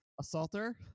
assaulter